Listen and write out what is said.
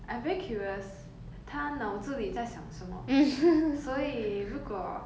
I'm very curious 它脑子里在想什么所以如果